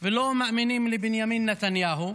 ולא מאמינים לבנימין נתניהו,